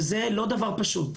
זה לא דבר פשוט,